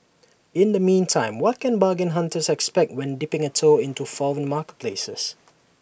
in the meantime what can bargain hunters expect when dipping A toe into foreign marketplaces